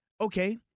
okay